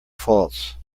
faults